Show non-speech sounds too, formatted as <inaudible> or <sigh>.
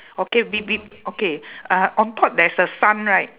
okay <noise> okay uh on top there's a sun right